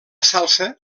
salsa